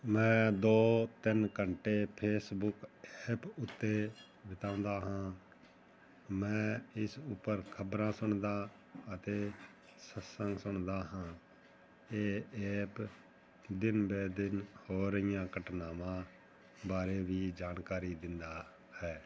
ਮੈਂ ਦੋ ਤਿੰਨ ਘੰਟੇ ਫੇਸਬੁਕ ਐਪ ਉੱਤੇ ਬਿਤਾਉਂਦਾ ਹਾਂ ਮੈਂ ਇਸ ਉੱਪਰ ਖਬਰਾਂ ਸੁਣਦਾ ਅਤੇ ਸਤਿਸੰਗ ਸੁਣਦਾ ਹਾਂ ਇਹ ਐਪ ਦਿਨ ਬਾਏ ਦਿਨ ਹੋ ਰਹੀਆਂ ਘਟਨਾਵਾਂ ਬਾਰੇ ਵੀ ਜਾਣਕਾਰੀ ਦਿੰਦਾ ਹੈ